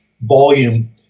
volume